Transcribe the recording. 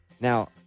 Now